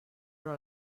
però